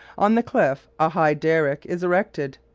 on the cliff a high derrick is erected.